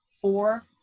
four